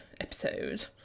episode